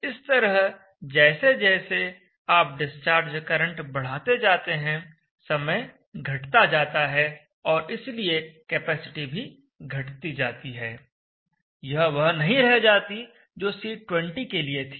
इस तरह जैसे जैसे आप डिस्चार्ज करंट बढ़ाते जाते हैं समय घटता जाता है और इसलिए कैपेसिटी भी घटती जाती है यह वह नहीं रह जाती जो C20 के लिए थी